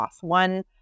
one